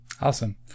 Awesome